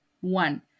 One